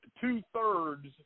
two-thirds